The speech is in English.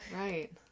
right